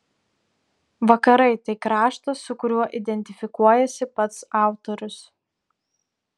vakarai tai kraštas su kuriuo identifikuojasi pats autorius